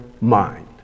mind